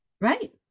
Right